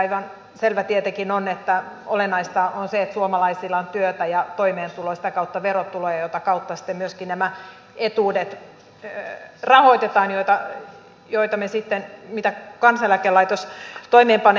aivan selvää tietenkin on että olennaista on se että suomalaisilla on työtä ja toimeentulo ja sitä kautta verotuloja jota kautta sitten rahoitetaan myöskin nämä etuudet joita kansaneläkelaitos toimeenpanee